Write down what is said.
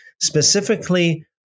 specifically